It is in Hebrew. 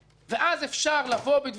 ואז אפשר לבוא בדברים על פרטים.